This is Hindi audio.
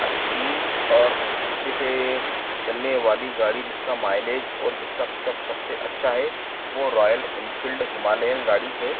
अच्छी और अच्छे से चलने वाली गाड़ी जिसका माइलेज और जिसका पिकअप सबसे अच्छा है वो रॉयल एनफ़ील्ड हिमालयन गाड़ी है